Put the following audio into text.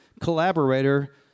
collaborator